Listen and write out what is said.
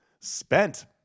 Spent